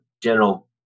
general